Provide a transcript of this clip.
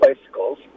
bicycles